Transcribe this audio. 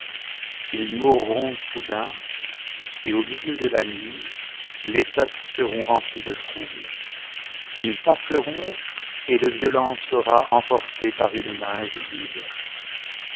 ils mouitont soudain et au milieu de la nuit les peuples seront remplis de trouble ils passeront et le violent sera emporté par une main invisible